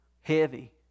heavy